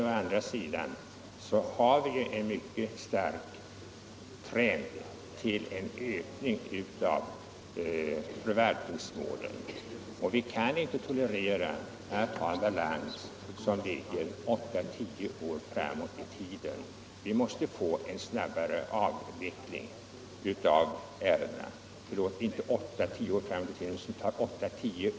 Å andra sidan har vi en mycket stark trend till en ökning av förvaltningsmålen, och vi kan inte heller tolerera en balans som det tar kanske åtta till tio år att arbeta av. Vi måste få en snabbare avveckling av ärendena.